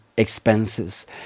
expenses